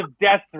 death